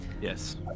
yes